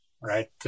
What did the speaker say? right